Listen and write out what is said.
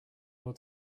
will